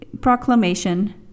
proclamation